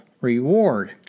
reward